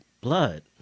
blood